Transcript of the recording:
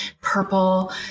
purple